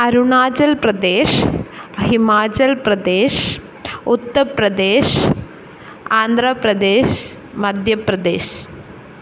Arunachal Pradesh Himachal Pradesh Uttar Pradesh Andhra Pradesh Madhya Pradesh